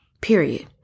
period